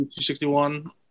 261